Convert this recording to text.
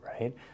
right